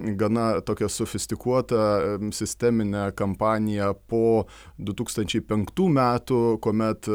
gana tokią sofistikuotą sisteminę kampaniją po du tūkstančiai penktų metų kuomet